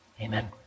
Amen